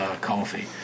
coffee